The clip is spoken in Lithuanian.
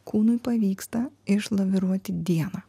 kūnui pavyksta išlaviruoti dieną